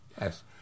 Yes